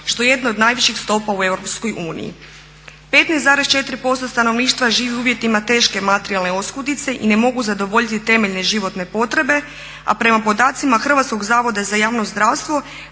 što je jedna od najviših stopa u EU. 15,4% stanovništva živi u uvjetima teške materijalne oskudice i ne mogu zadovoljiti temeljne životne potrebe, a prema podacima Hrvatskog zavoda za javno zdravstvo